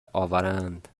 آورند